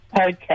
Okay